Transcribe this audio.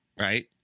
right